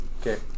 Okay